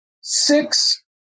six